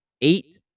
eight